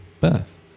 birth